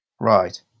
Right